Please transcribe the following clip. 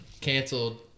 canceled